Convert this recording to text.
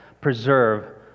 preserve